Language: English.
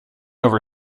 over